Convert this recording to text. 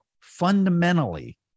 fundamentally